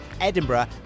Edinburgh